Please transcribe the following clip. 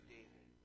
David